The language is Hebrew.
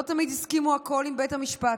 לא תמיד הסכימו הכול עם בית המשפט,